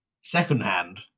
secondhand